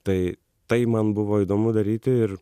tai tai man buvo įdomu daryti ir